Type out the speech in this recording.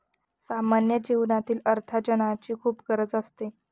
सामान्य जीवनातही अर्थार्जनाची खूप गरज असते